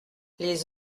les